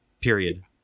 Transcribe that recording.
period